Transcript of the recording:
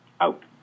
Out